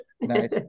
Nice